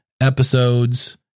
episodes